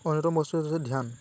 অন্যতম বস্তুটো হৈছে ধ্যান